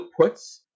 outputs